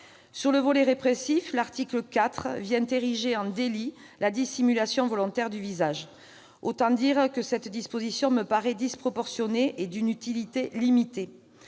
Sur le volet répressif, l'article 4 vient ériger en délit la dissimulation volontaire du visage. Autant dire que cette disposition me paraît disproportionnée et d'une utilité limitée.